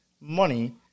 money